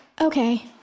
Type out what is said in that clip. Okay